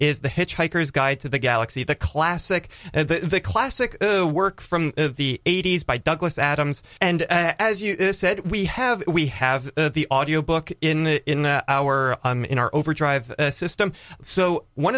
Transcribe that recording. is the hitchhiker's guide to the galaxy the classic and the classic work from the eighty's by douglas adams and as you said we have we have the audio book in our in our overdrive system so one